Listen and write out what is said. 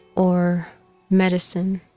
or medicine